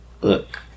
look